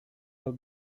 will